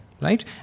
right